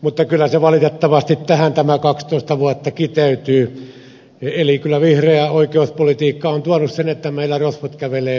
mutta kyllä se valitettavasti tähän tämä kaksitoista vuotta kiteytyy eli kyllä vihreä oikeuspolitiikka on tuonut sen että meillä rosvot kävelevät vapaana